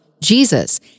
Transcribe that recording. Jesus